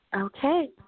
Okay